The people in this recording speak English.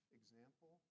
example